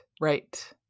right